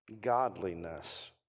godliness